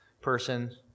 person